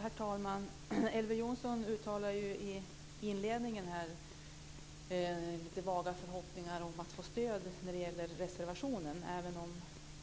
Herr talman! Elver Jonsson uttalade i inledningen lite vaga förhoppningar om att få stöd för reservationen, även om